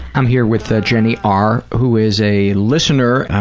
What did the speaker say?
i'm here with ah jenny r, who is a listener.